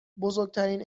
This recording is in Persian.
بزرگترین